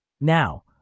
Now